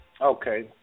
Okay